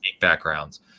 backgrounds